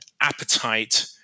appetite